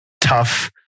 tough